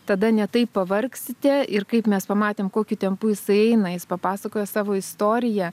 tada ne taip pavargsite ir kaip mes pamatėm kokiu tempu jisai eina jis papasakojo savo istoriją